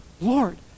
Lord